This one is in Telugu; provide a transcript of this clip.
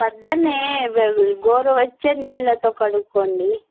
ప్రొదున గోరువెచ్చని నీళ్ళతో కడుక్కోండి